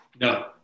no